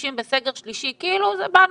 שמשתמשים בסגר שלישי כאילו זה באנו,